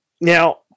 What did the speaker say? now